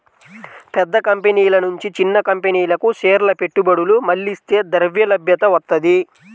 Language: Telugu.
పెద్ద కంపెనీల నుంచి చిన్న కంపెనీలకు షేర్ల పెట్టుబడులు మళ్లిస్తే ద్రవ్యలభ్యత వత్తది